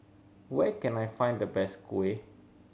where can I find the best kuih